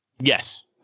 Yes